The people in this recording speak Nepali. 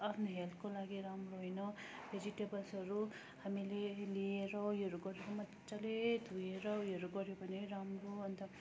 आफ्नो हेल्थको लागि राम्रो होइन भेजिटेबल्सहरू हामीले लिएर उयोहरू गरेर मजाले धोएर उयोहरू गर्यो भने राम्रो